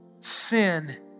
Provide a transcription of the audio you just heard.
sin